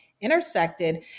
intersected